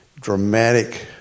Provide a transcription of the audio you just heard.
dramatic